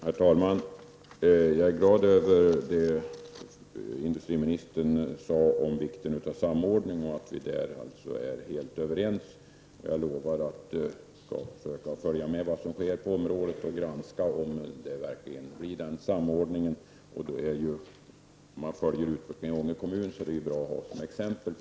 Herr talman! Jag är glad över det som industriministern sade om vikten av samordning. På den punkten är vi alltså helt överens. Jag lovar att försöka att följa vad som sker på området och att granska hur det blir med samordningen. För den som följer utvecklingen i Ånge kan detta tjäna som exempel.